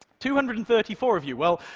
two hundred and thirty-four of you, well,